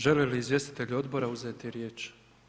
Želi li izvjestitelj Odbora uzeti riječi?